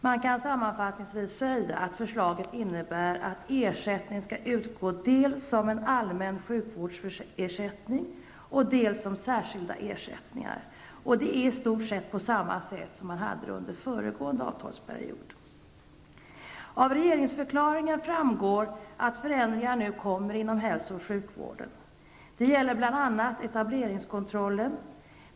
Man kan sammanfattningsvis säga att förslaget innebär att ersättning skall utgå dels som en allmän sjukvårdsersättning, dels som särskilda ersättningar, dvs. i stort sett på samma vis som under föregående avtalsperiod. Av regeringsförklaringen framgår att förändringar nu kommer inom hälso och sjukvården. Det gäller bl.a. etableringskontrollen.